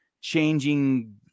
changing